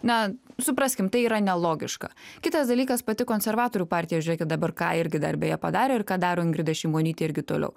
na supraskim tai yra nelogiška kitas dalykas pati konservatorių partija žiūrėkit dabar ką irgi darbe jie padarė ir ką daro ingrida šimonytė irgi toliau